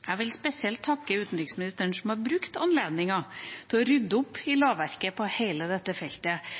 Jeg vil spesielt takke utenriksministeren som har brukt anledningen til å rydde opp i lovverket på hele dette feltet